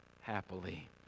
happily